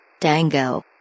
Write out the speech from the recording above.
Dango